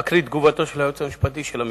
אקרא את תגובתו של היועץ המשפטי של המשרד: